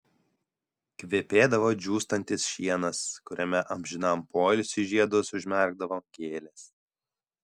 kvepėdavo džiūstantis šienas kuriame amžinam poilsiui žiedus užmerkdavo gėlės